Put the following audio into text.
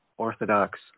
Orthodox